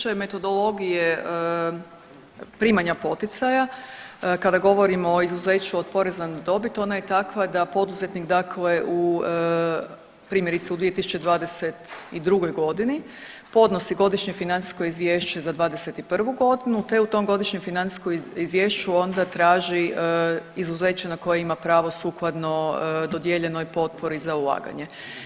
Što se tiče metodologije primanja poticaja, kada govorimo o izuzeću od poreza na dobit, ona je takva da poduzetnik, dakle u primjerice u 2022. g. podnosi godišnje financijsko izvješće za '21. g. te u tom godišnjem financijskom izvješću onda traži izuzeće na koje ima pravo sukladno dodijeljenoj potpori za ulaganje.